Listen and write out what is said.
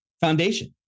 foundation